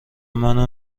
منو